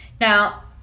Now